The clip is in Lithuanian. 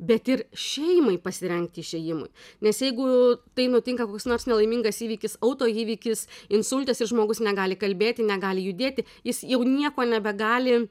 bet ir šeimai pasirengt išėjimui nes jeigu tai nutinka koks nors nelaimingas įvykis autoįvykis insultas ir žmogus negali kalbėti negali judėti jis jau nieko nebegali